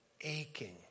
aching